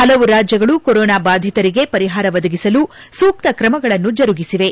ಹಲವು ರಾಜ್ಲಗಳು ಕೊರೊನಾ ಬಾಧಿತರಿಗೆ ಪರಿಹಾರ ಒದಗಿಸಲು ಸೂಕ್ತ ಕ್ರಮಗಳನ್ನು ಜರುಗಿಸಿವೆ